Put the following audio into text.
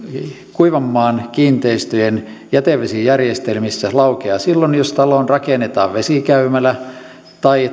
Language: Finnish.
kuivanmaan kiinteistöjen jätevesijärjestelmissä laukeaa silloin jos taloon rakennetaan vesikäymälä tai